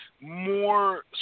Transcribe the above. more